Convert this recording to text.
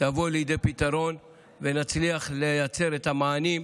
תבוא לידי פתרון ונצליח לייצר את המענים,